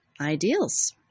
ideals